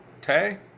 Tay